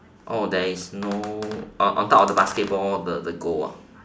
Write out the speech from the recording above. oh there's no uh on on top of the basketball the the goal ah